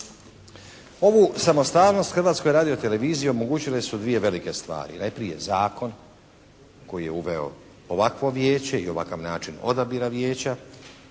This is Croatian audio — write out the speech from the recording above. Ovu samostalnost Hrvatskoj radioteleviziji omogućile su dvije velike stvari. Najprije zakon koji je uveo ovakvo Vijeće i ovakav način odabira Vijeća.